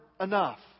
enough